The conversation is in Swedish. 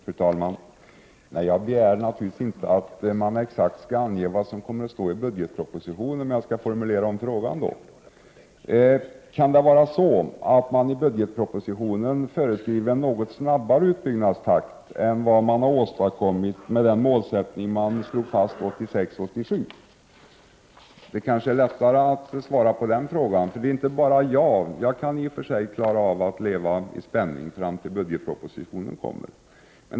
Fru talman! Jag begär naturligtvis inte att statsrådet skall ange exakt vad som kommer att stå i budgetpropositionen. Jag kan formulera om frågan: Kan det vara så att man i budgetpropositionen föreskriver en något snabbare utbyggnadstakt än vad som har åstadkommits med den målsättning som slogs fast 1986/87? Det är kanske lättare att svara på den frågan. Själv kan jag i och för sig klara av att leva i spänning fram till det att budgetpropositionen kommer.